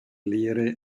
lehre